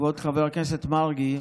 כבוד חבר הכנסת מרגי,